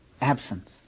absence